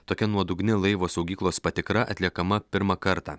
tokia nuodugni laivo saugyklos patikra atliekama pirmą kartą